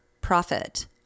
profit